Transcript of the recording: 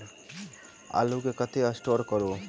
आलु केँ कतह स्टोर करू?